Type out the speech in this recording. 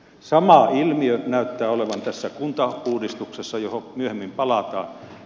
sama ilmiö näyttää olevan tässä kuntauudistuksessa johon myöhemmin palataan